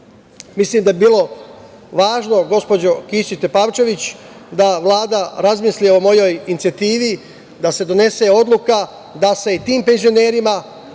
evra. Mislim da bi bilo važno, gospođo Kisić Tepavčević, da Vlada razmisli o mojoj inicijativi da se donese odluka da se i tim penzionerima